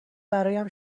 برام